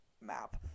map